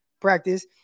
practice